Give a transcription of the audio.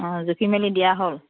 অঁ জুখি মেলি দিয়া হ'ল